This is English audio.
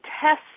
test